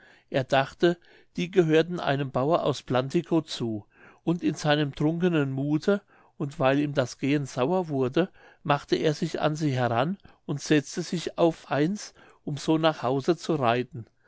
er dachte die gehörten einem bauer aus plantikow zu und in seinem trunkenen muthe und weil ihm das gehen sauer wurde machte er sich an sie heran und setzte sich auf eins um so nach hause zu reiten